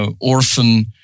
orphan